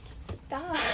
stop